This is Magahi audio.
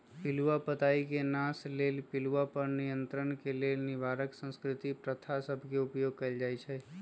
पिलूआ पताई के नाश लेल पिलुआ पर नियंत्रण के लेल निवारक सांस्कृतिक प्रथा सभ के उपयोग कएल जाइ छइ